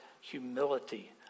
humility